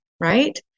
right